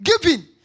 Giving